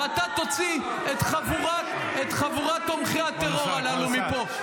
ואתה תוציא את חבורת תומכי הטרור הללו -- כבוד השר,